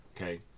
Okay